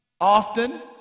often